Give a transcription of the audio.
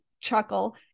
chuckle